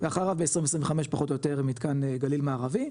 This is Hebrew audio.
ואחריו 2025 פחות או יותר מתקן גליל מערבי,